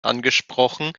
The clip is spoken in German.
angesprochen